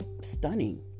stunning